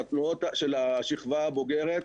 של השכבה הבוגרת,